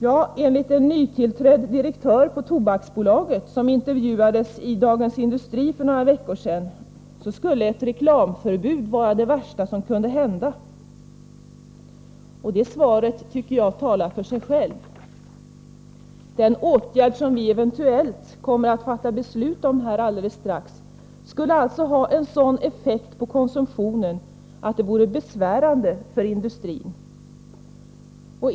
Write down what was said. Ja, enligt en nytillträdd direktör på Tobaksbolaget som intervjuades i Dagens Industri för några veckor sedan, skulle ett reklamförbud vara det värsta som kunde hända. Det svaret talar för sig självt. Den åtgärd som vi eventuellt kommer att fatta beslut om här alldeles strax skulle alltså ha en sådan effekt på konsumtionen att det vore besvärande för industrin.